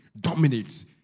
dominates